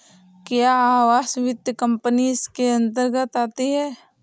क्या आवास वित्त कंपनी इसके अन्तर्गत आती है?